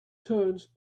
turns